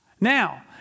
Now